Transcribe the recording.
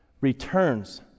returns